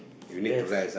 yes